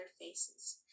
faces